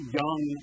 young